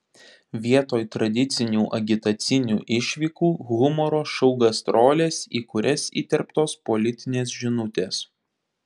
vietoj tradicinių agitacinių išvykų humoro šou gastrolės į kurias įterptos politinės žinutės